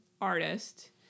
artist